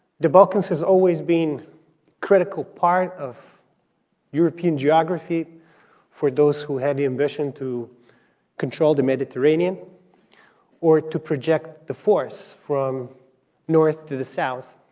the balkans has always been critical part of european geography for those who had the ambition to control the mediterranean or to project the force from north to the south,